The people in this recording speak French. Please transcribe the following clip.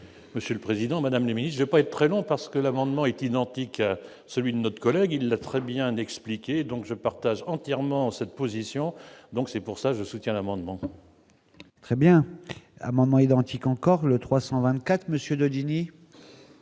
Monsieur le Président, Madame la ministre de pas être très long parce que l'amendement est identique à celui de notre collègue, il l'a très bien expliqué donc je partage entièrement cette position, donc c'est pour ça, je soutiens l'amendement. Très bien amendements identiques encore le 324 Monsieur Daudigny.